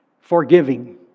forgiving